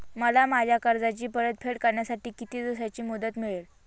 मला माझ्या कर्जाची परतफेड करण्यासाठी किती दिवसांची मुदत मिळेल?